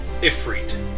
Ifrit